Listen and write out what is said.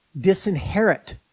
disinherit